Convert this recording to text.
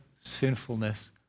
sinfulness